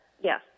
yes